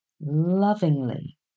lovingly